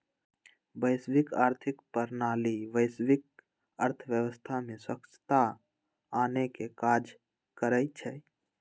वैश्विक आर्थिक प्रणाली वैश्विक अर्थव्यवस्था में स्वछता आनेके काज करइ छइ